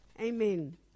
Amen